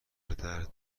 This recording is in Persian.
درد